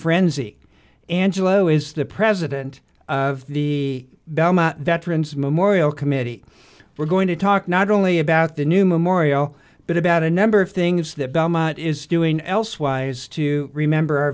frenzy angelo is the president of the belmont veterans memorial committee we're going to talk not only about the new memorial but about a number of things that belmont is doing elsewise to remember